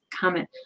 comment